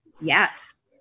Yes